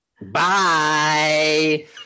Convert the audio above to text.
Bye